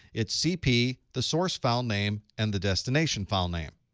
it's cp, the source file name, and the destination file name.